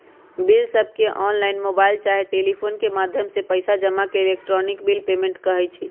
बिलसबके online, mobile चाहे telephone के माध्यम से पइसा जमा के इलेक्ट्रॉनिक बिल पेमेंट कहई छै